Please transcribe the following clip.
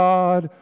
God